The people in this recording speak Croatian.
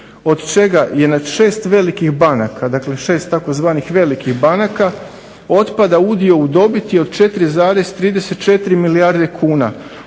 Od čega je nad 6 velikih banaka, dakle 6 tzv. "velikih" banaka otpada udio u dobiti od 4,34 milijarde kuna,